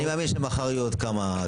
אני מאמין שמחר יהיו עוד כמה.